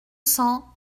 cents